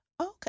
okay